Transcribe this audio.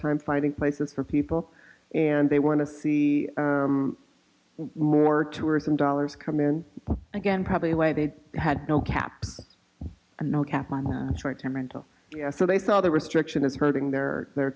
time finding places for people and they want to see more tourism dollars come in again probably a way they had no cap and no cap on the short term rental yes so they saw the restriction is hurting their their